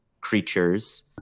creatures